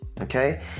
Okay